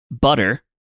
butter